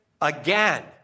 again